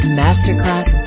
masterclass